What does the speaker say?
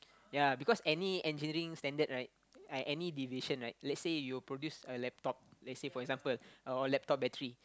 ya because any engineering standard right I any deviation right let's say you produce a laptop let's say for example or a laptop battery